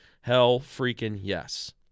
Hell-freaking-yes